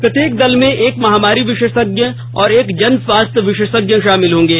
प्रत्येरक दल में एक महामारी विशेषज्ञ और एक जन स्वास्थ्य विशेषज्ञ शामिल होंगे